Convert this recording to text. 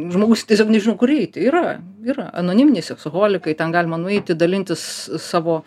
žmogus tiesiog nežino kur eiti yra yra anoniminiai seksoholikai ten galima nueiti dalintis s savo